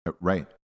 Right